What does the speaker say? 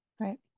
Right